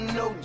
no